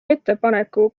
ettepaneku